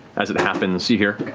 as it happens you hear